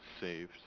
saved